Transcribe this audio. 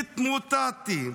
התמוטטתי.